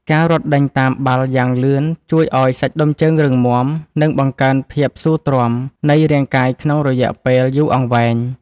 ការរត់ដេញតាមបាល់យ៉ាងលឿនជួយឱ្យសាច់ដុំជើងរឹងមាំ និងបង្កើនភាពស៊ូទ្រាំនៃរាងកាយក្នុងរយៈពេលយូរអង្វែង។